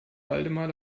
waldemar